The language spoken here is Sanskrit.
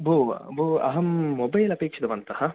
भो भो अहम् मोबैल् अपेक्षितवन्तः